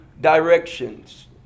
directions